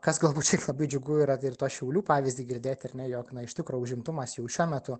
kas galbūt šiaip labai džiugu yra ir tą šiaulių pavyzdį girdėti ar ne jog iš tikro užimtumas jau šiuo metu